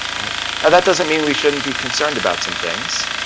right? and that doesn't mean we shouldn't be concerned about some things.